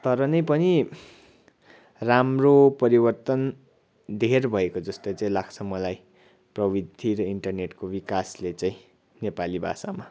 तर नै पनि राम्रो परिवर्तन धेर भएको जस्तो चाहिँ लाग्छ मलाई प्रविधि र इन्टरनेटको विकासले चाहिँ नेपाली भाषामा